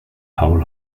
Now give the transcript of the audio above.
paul